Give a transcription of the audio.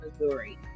Missouri